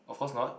of course not